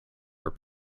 her